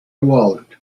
wallet